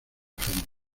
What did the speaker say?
ofendas